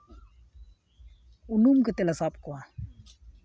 ᱩᱱᱩᱢ ᱠᱟᱛᱮᱫ ᱞᱮ ᱥᱟᱵ ᱠᱚᱣᱟ